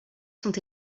sont